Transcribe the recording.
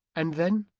and then,